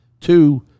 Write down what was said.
Two